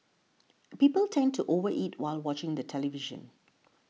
people tend to over eat while watching the television